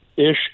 ish